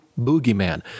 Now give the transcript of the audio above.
boogeyman